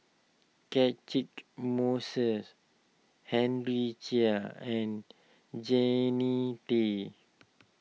Catchick Moses Henry Chia and Jannie Tay